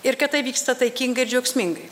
ir kad tai vyksta taikingai ir džiaugsmingai